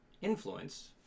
influence